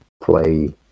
play